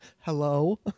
Hello